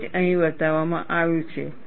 તે જ અહીં બતાવવામાં આવ્યું છે